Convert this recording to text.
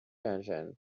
engine